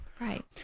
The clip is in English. Right